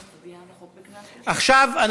עכשיו,